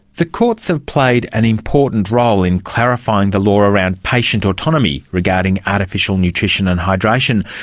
the courts have played an important role in clarifying the law around patient autonomy regarding artificial nutrition and hydration.